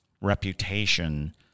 reputation